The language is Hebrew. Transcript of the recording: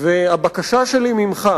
והבקשה שלי ממך,